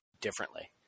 differently